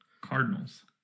cardinals